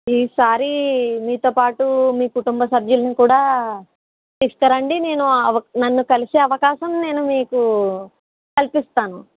ఈసారి మీతో పాటు మీ కుటుంబ సభ్యులని కూడా తీసుకురండి నేను నన్ను కలిసే అవకాశం నేను మీకు కల్పిస్తాను